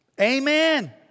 Amen